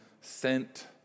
sent